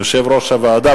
יושב-ראש הוועדה,